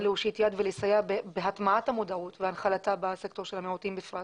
להושיט יד ולסייע בהטמעת המודעות והנחלתה בסקטור של המיעוטים בפרט.